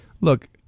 look